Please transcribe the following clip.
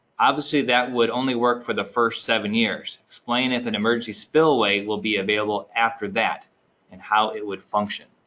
obviously that would only work for the first seven years. explain if an emergency spillway will be available after that and how it would function.